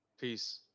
peace